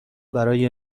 برای